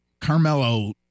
Carmelo